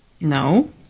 No